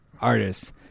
artists